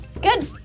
good